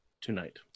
tonight